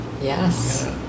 yes